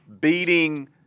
beating